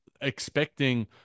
expecting